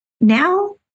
Now